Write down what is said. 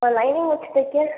lining வச்சு தைக்க